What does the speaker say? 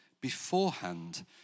beforehand